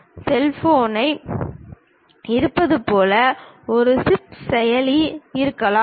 உதாரணமாக உங்களிடம் செல்போன் இருப்பதைப் போல ஒரு சிப் செயலி இருக்கலாம்